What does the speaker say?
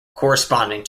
corresponding